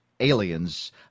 Aliens